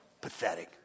Pathetic